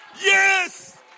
Yes